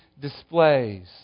displays